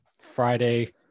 Friday